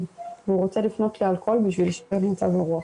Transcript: והוא רוצה לפנות לאלכוהול בשביל לשפר את מצב הרוח.